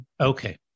Okay